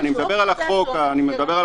אני מדבר על החוק המקורי.